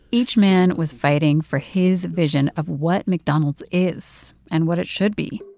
each man was fighting for his vision of what mcdonald's is and what it should be.